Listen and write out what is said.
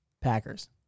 Packers